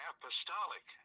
Apostolic